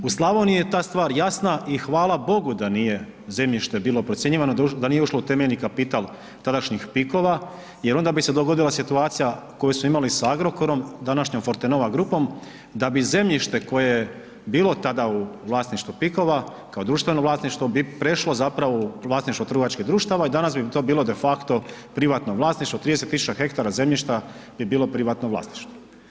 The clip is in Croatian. U Slavoniji je ta stvar jasna i hvala Bogu da nije zemljište bilo procjenjivano, da nije ušlo u temeljni kapital tadašnjih PIK-ova jel onda bi se dogodila situacija koju smo imali sa Agrokorom, današnjom Fortenova grupom, da bi zemljište koje je bilo tada u vlasništvu PIK-ova kao društveno vlasništvo bi prešlo zapravo u vlasništvo trgovačkih društava i danas bi to bilo de facto privatno vlasništvo 30.000 hektara zemljišta bi bilo privatno vlasništvo.